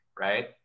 right